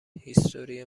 هیستوری